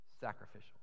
sacrificial